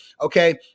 okay